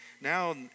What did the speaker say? Now